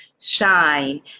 shine